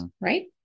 Right